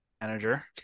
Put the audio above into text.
manager